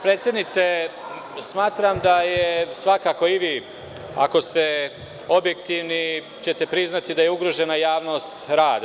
Predsednice, smatram da je svakako, i vi ako ste objektivni ćete priznati da je ugrožena javnost rada.